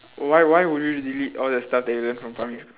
why why would you delete all your stuff that you learn from primary sch~